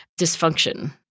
dysfunction